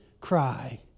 cry